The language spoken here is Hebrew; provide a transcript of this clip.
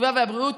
הסביבה והבריאות,